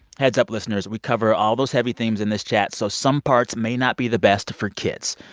heads up, listeners we cover all those heavy themes in this chat, so some parts may not be the best for kids.